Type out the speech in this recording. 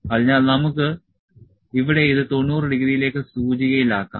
അതിനാൽ നമുക്ക് ഇവിടെ ഇത് 90 ഡിഗ്രിയിലേക്ക് സൂചികയിലാക്കാം